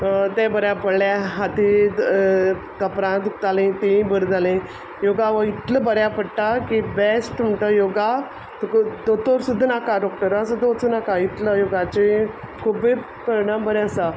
तें बऱ्या पडलें हाती द धोपरां दुकतालीं तींय बर जालीं योगा वय इतल बऱ्या पडटा की बॅश्ट म्हूण टो योगा तुक दोतोर सुद्दां नाका डॉक्टरा सुद्दां वोचूं नाका इतलो योगाची खुब्बे परिणाम बरें आसा